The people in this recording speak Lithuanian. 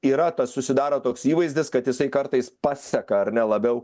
yra tas susidaro toks įvaizdis kad jisai kartais paseka ar ne labiau